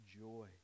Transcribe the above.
joy